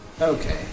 Okay